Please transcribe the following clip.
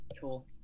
Cool